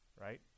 right